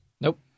nope